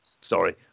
Sorry